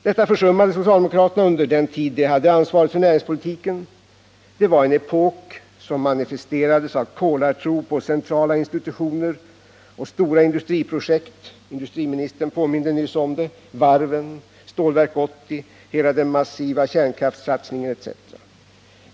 Detta försummade socialdemokraterna under den tid de hade ansvaret för näringspolitiken. Det var en epok som manifesterades av kolartro på centrala institutioner och stora industriprojekt — industriministern påminde nyss om det: varven, Stålverk 80, hela den massiva kärnkraftssatsningen etc.